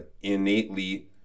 innately